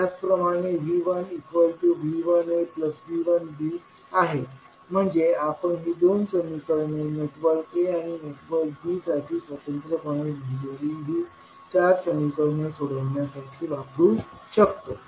त्याचप्रमाणे V1V1aV1bआहे म्हणजे आपण ही दोन समीकरणे नेटवर्क a आणि नेटवर्क b साठी स्वतंत्रपणे लिहिलेली ही चार समीकरणे सोडवण्यासाठी वापरु शकतो